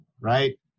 Right